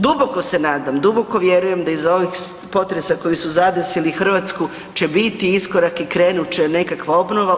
Duboko se nadam, duboko vjerujem da iza ovih potresa koji su zadesili Hrvatsku će biti iskorak i krenut će nekakva obnova.